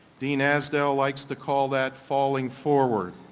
dean asdale likes to call that falling forward.